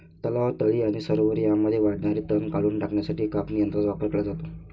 तलाव, तळी आणि सरोवरे यांमध्ये वाढणारे तण काढून टाकण्यासाठी कापणी यंत्रांचा वापर केला जातो